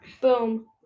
Boom